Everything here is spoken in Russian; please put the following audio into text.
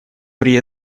при